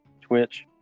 Twitch